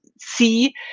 see